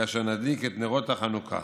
כאשר נדליק את נרות החנוכה,